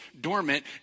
dormant